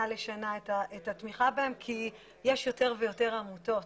לשנה את התמיכה בהם כי יש יותר ויותר עמותות.